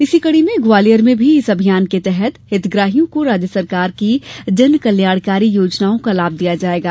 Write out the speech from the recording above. इसी कड़ी में ग्वालियर में भी इस अभियान के तहत हितग्राहियों को राज्य सरकार की जन कल्याणकारी योजनाओं का लाभ दिया जायेगा